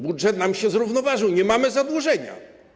Budżet nam się zrównoważył, nie mamy zadłużenia.